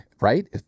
right